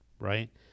right